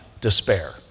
despair